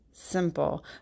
Simple